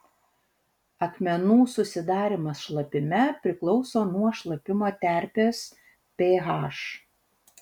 akmenų susidarymas šlapime priklauso nuo šlapimo terpės ph